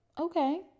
okay